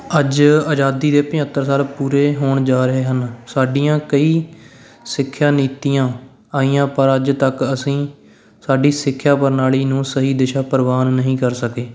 ਅੱਜ ਆਜ਼ਾਦੀ ਦੇ ਪਝੱਤਰ ਸਾਲ ਪੂਰੇ ਹੋਣ ਜਾ ਰਹੇ ਹਨ ਸਾਡੀਆਂ ਕਈ ਸਿੱਖਿਆ ਨੀਤੀਆਂ ਆਈਆਂ ਪਰ ਅੱਜ ਤੱਕ ਅਸੀਂ ਸਾਡੀ ਸਿੱਖਿਆ ਪ੍ਰਣਾਲੀ ਨੂੰ ਸਹੀ ਦਿਸ਼ਾ ਪ੍ਰਵਾਨ ਨਹੀਂ ਕਰ ਸਕੇ